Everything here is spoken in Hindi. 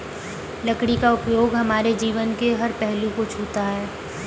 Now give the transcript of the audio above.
लकड़ी का उपयोग हमारे जीवन के हर पहलू को छूता है